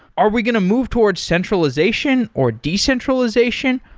are we going to move towards centralization, or decentralization,